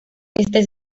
este